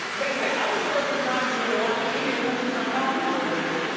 they say iceberg is not even worth eating cause it's not healthy for you.